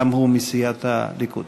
שגם הוא מסיעת הליכוד.